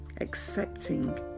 accepting